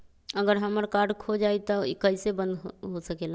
अगर हमर कार्ड खो जाई त इ कईसे बंद होकेला?